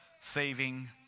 saving